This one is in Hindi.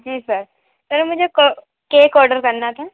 जी सर सर मुझे केक ऑर्डर करना था